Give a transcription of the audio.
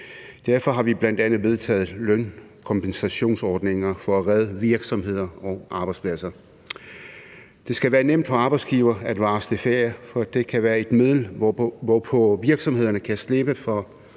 Derfor har vi bl.a. vedtaget lønkompensationsordninger for at redde virksomheder og arbejdspladser. Det skal være nemt for arbejdsgivere at varsle ferie, for det kan være et middel, hvorpå virksomhederne kan slippe for